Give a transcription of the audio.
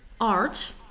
art